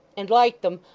and like them,